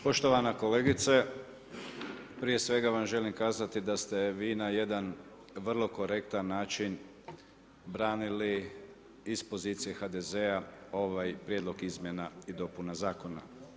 Poštovana kolegice, prije svega vam želim kazati da ste vi na jedan vrlo korektan način branili iz pozicije HDZ-a ovaj prijedlog izmjena i dopuna zakona.